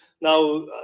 now